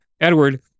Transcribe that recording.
Edward